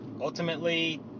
ultimately